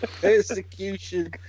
Persecution